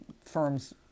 firms